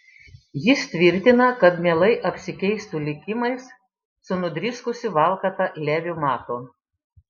jis tvirtina kad mielai apsikeistų likimais su nudriskusiu valkata leviu matu